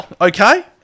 Okay